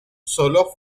solo